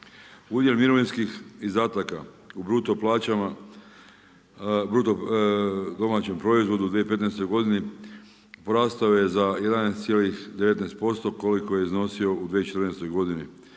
Udjel mirovinskih izdataka u bruto plaćama, bruto domaćem proizvodu u 2015. godini porastao je za 11,19% koliko je iznosio u 2014. godini